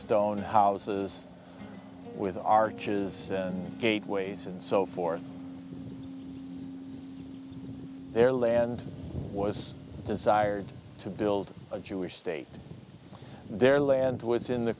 limestone houses with arches gateways and so forth their land was desired to build a jewish state their land was in the